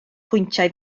pwyntiau